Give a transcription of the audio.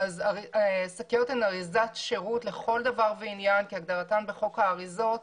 השקיות הן אריזת שירות לכל דבר ועניין כהגדרתן בחוק האריזות.